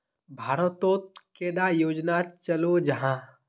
भारत तोत कैडा योजना चलो जाहा?